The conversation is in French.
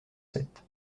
sept